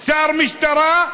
שר משטרה,